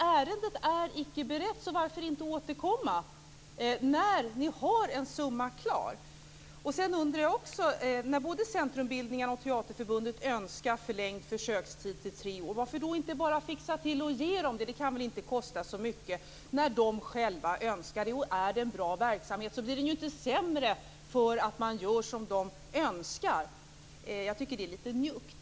Ärendet är icke berett. Varför inte återkomma när ni har en summa klar? När både centrumbildningarna och Teaterförbundet önskar förlängd försökstid i tre år, varför då inte fixa till det och ge dem det? Det kan väl inte kosta så mycket. När de själva önskar det och det är en bra verksamhet blir det inte sämre därför att man gör som de önskar. Jag tycker att det är litet njuggt.